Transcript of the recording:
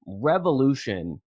revolution